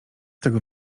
tego